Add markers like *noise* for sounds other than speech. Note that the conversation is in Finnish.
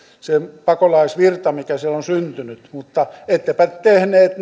pakolaisvirta mikä siellä on syntynyt mutta ettepä tehneet *unintelligible*